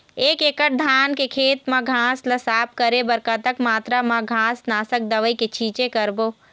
एक एकड़ धान के खेत मा घास ला साफ करे बर कतक मात्रा मा घास नासक दवई के छींचे करबो?